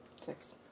Six